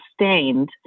sustained